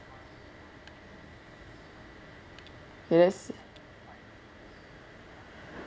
it is